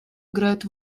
играют